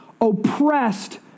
oppressed